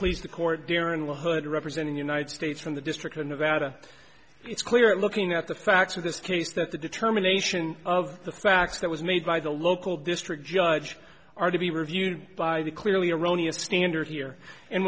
please the court here in la hood representing united states from the district of nevada it's clear in looking at the facts of this case that the determination of the facts that was made by the local district judge are to be reviewed by the clearly erroneous standard here and